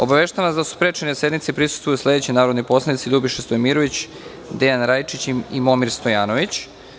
Obaveštavam vas da su sprečeni da sednicu prisustvuju sledeći narodni poslanici: Ljubiša Stojimirović, Dejan Rajčić i Momir Stojanović.